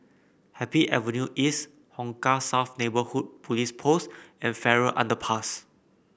Happy Avenue East Hong Kah South Neighbourhood Police Post and Farrer Underpass